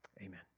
Amen